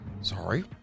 Sorry